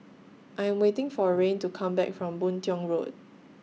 I Am waiting For Rayne to Come Back from Boon Tiong Road